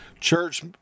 church